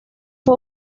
fue